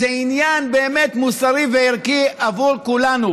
זה באמת עניין מוסרי וערכי עבור כולנו.